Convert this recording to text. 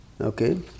Okay